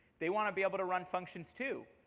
they want to be able to run functions too,